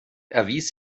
erwies